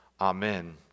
Amen